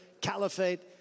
caliphate